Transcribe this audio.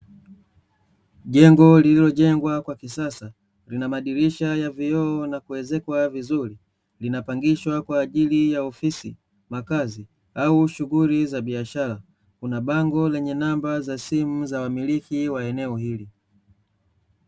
Jengo lililojengwa kwa kisasa lina madirisha ya vioo na kuezekwa vizuri linapangishwa kwa ajili ya ofisi, makazi au shughuli za biashara pia kuna bango lenye namba za simu za wamiliki wa eneo hili.